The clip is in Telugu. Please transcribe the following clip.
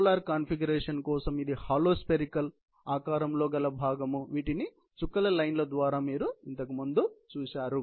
పోలార్ కాన్ఫిగరేషన్ కోసం ఇది హాలో స్పెరికల్ ఆకారంలో గల భాగం వీటిని చుక్కల లైన్లు ద్వారా మీరు ఇంతకు ముందు చూశారు